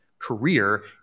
career